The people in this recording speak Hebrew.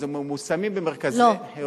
הם מושמים במרכזי חירום.